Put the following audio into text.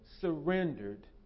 surrendered